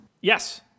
Yes